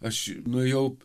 aš nuėjau